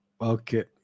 Okay